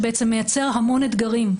שמייצר המון אתגרים.